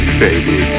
baby